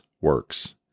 works